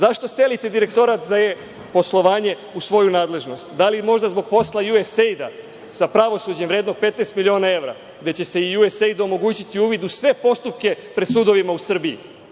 selite direktorat za e-poslovanje u svoju nadležnost? Da li možda zbog posla USAID sa pravosuđem, vrednog 15 miliona evra, gde će se USAID-u omogućiti uvid u sve postupke pred sudovima u Srbiji?